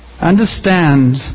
understand